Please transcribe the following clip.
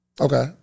Okay